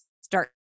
start